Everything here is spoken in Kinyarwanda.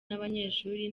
n’abanyeshuri